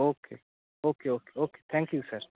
okay okay okay okay thank you sir